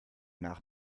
nach